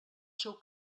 seu